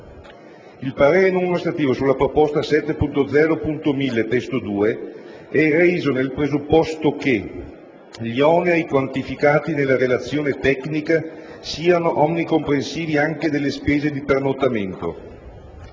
Il parere non ostativo sulla proposta 7.0.1000 (testo 2) è reso nel presupposto che: * gli oneri quantificati nella relazione tecnica siano onnicomprensivi anche delle spese di pernottamento;